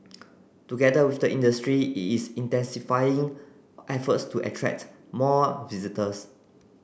together with the industry it is intensifying efforts to attract more visitors